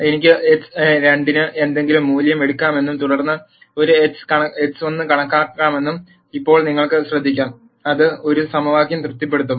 എനിക്ക് x2 ന് എന്തെങ്കിലും മൂല്യം എടുക്കാമെന്നും തുടർന്ന് ഒരു x1 കണക്കാക്കാമെന്നും ഇപ്പോൾ നിങ്ങൾക്ക് ശ്രദ്ധിക്കാം അത് ഈ സമവാക്യം തൃപ്തിപ്പെടുത്തും